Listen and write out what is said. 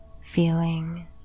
feeling